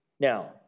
Now